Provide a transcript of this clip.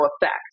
effect